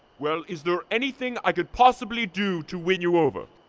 well, is there anything i could possibly do to win you over?